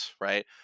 right